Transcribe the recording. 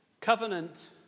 Covenant